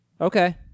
Okay